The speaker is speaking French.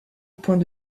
point